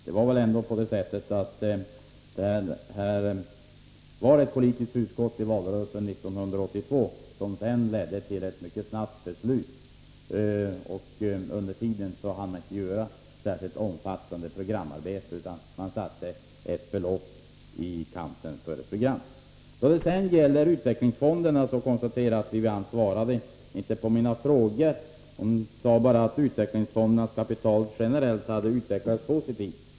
Det här var nog ett politiskt hugskott i valrörelsen 1982, som sedan ledde till ett mycket snabbt beslut. Under tiden hann man inte göra något särskilt omfattande programarbete, utan man satte ett belopp i kanten för ett program. Jag konstaterar att Wivi-Anne Radesjö inte svarade på mina frågor om utvecklingsfonderna. Hon sade bara att utvecklingsfondernas kapitalsituation hade utvecklats positivt.